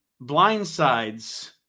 blindsides